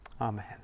Amen